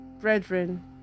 brethren